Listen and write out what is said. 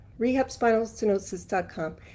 rehabspinalstenosis.com